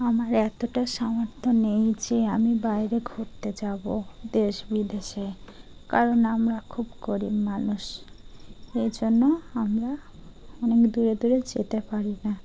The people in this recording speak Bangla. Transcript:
আমার এতোটা সামর্থ্য নেই যে আমি বাইরে ঘুরতে যাবো দেশ বিদেশে কারণ আমরা খুব গরিব মানুষ এই জন্য আমরা অনেক দূরে দূরে যেতে পারি না